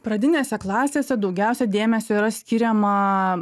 pradinėse klasėse daugiausia dėmesio yra skiriama